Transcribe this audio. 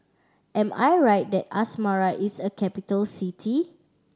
am I right that Asmara is a capital city